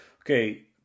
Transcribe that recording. okay